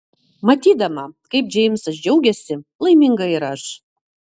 matydama kaip džeimsas džiaugiasi laiminga ir aš